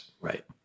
Right